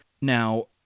Now